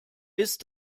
ist